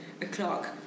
o'clock